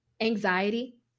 anxiety